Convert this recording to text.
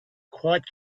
quite